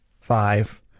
five